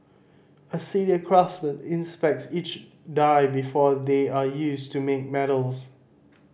a senior craftsman inspects each die before they are used to make medals